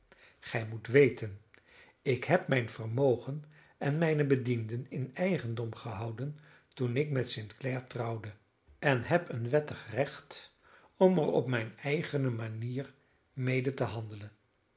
gij moet weten ik heb mijn vermogen en mijne bedienden in eigendom gehouden toen ik met st clare trouwde en heb een wettig recht om er op mijne eigene manier mede te handelen